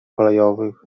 kolejowych